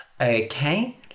Okay